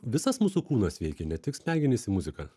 visas mūsų kūnas veikia ne tik smegenys į muziką